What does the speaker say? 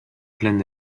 plein